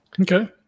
Okay